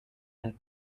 and